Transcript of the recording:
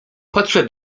podszedł